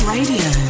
Radio